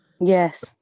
Yes